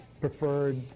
preferred